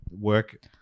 work